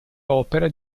opera